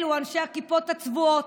אלו אנשי הכיפות הצבועות,